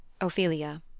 Ophelia